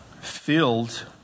filled